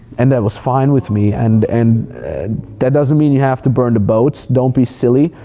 and that was fine with me. and and that doesn't mean you have to burn the boats. don't be silly.